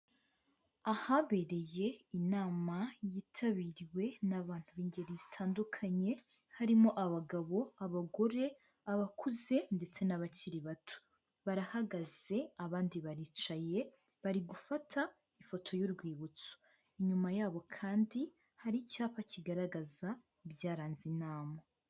Ahabereye inama yitabiriwe n'abantu b'ingeri zitandukanye harimo abagabo, abagore, abakuze ndetse n'abakiri bato, barahagaze, abandi baricaye bari gufata ifoto y'urwibutso, inyuma yabo kandi hari icyapa kigaragaza ibyaranze inama.